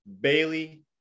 Bailey